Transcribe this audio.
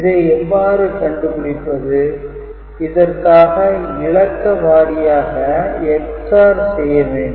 இதை எவ்வாறு கண்டுபிடிப்பது இதற்காக இழக்க வாரியாக் XOR செய்ய வேண்டும்